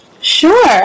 Sure